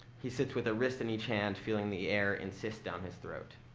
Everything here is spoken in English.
he sits with a wrist in each hand, feeling the air insist down his throat.